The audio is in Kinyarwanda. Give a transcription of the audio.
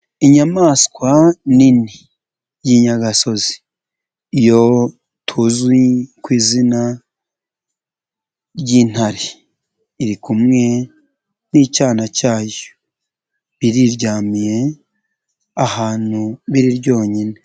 Inyamaswa nini y'inyagasozi, iyo tuzi ku izina ry'intare, iri kumwe n'icyana cyayo, iriryamiye ahantu biri byonyine.